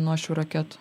nuo šių raketų